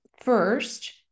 first